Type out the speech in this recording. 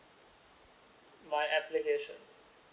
my application